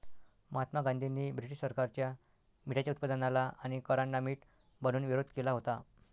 महात्मा गांधींनी ब्रिटीश सरकारच्या मिठाच्या उत्पादनाला आणि करांना मीठ बनवून विरोध केला होता